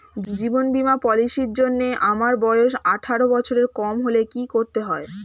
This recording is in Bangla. জীবন বীমা পলিসি র জন্যে আমার বয়স আঠারো বছরের কম হলে কি করতে হয়?